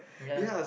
ya